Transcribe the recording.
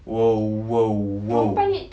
!whoa! !whoa! !whoa!